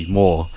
more